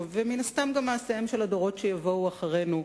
ומן הסתם גם מעשיהם של הדורות שיבואו אחרינו,